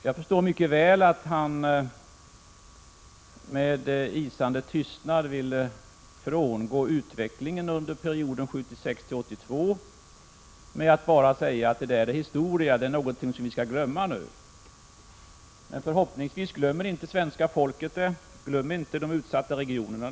Jag förstår mycket väl att han med isande tystnad vill förbigå utvecklingen under perioden 1976-1982 genom att bara säga att det där är historia, det är någonting som vi skall glömma nu. Men förhoppningsvis glömmer inte svenska folket det, och inte de utsatta regionerna.